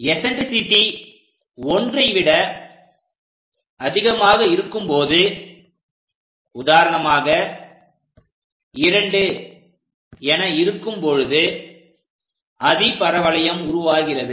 eccentricity 1 விட அதிகமாக இருக்கும்போது உதாரணமாக 2 என இருக்கும் பொழுது அதிபரவளையம் உருவாகிறது